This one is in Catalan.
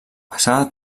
passava